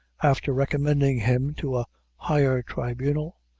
after recommending him to a higher tribunal,